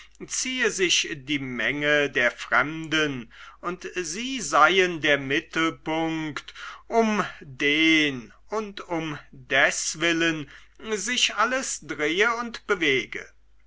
ziehe sich die menge der fremden und sie seien der mittelpunkt um den und um deswillen sich alles drehe und bewege